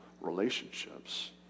relationships